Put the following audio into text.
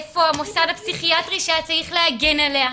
איפה המוסד הפסיכיאטרי שהיה צריך להגן עליה?